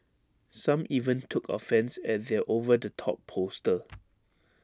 some even took offence at their over the top poster